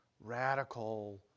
radical